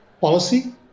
Policy